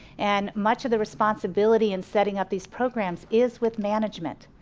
and much of the responsibility in setting up these programs is with management.